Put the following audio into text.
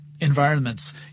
environments